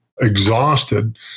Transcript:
exhausted